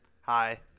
hi